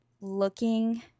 looking